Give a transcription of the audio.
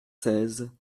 seize